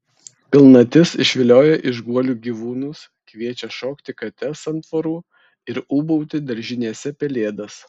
pilnatis išvilioja iš guolių gyvūnus kviečia šokti kates ant tvorų ir ūbauti daržinėse pelėdas